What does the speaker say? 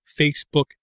Facebook